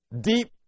deep